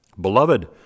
Beloved